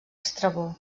estrabó